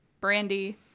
brandy